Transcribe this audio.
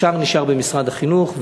השאר נשאר במשרד החינוך.